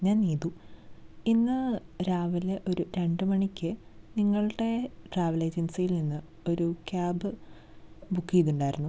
ഞാൻ നീതു ഇന്ന് രാവിലെ ഒരു രണ്ടുമണിക്ക് നിങ്ങളുടെ ട്രാവൽ ഏജൻസിയിൽ നിന്ന് ഒരു ക്യാബ് ബുക്ക് ചെയ്തിട്ടുണ്ടായിരുന്നു